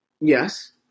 Yes